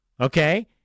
Okay